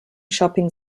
shopping